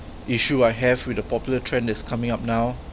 issue I have with the popular trend that is coming up now